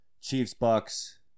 Chiefs-Bucks